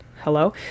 Hello